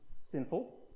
sinful